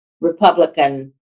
republican